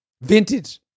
Vintage